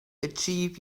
achieve